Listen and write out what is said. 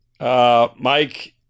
Mike